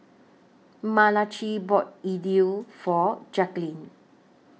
Malachi bought Idili For Jaquelin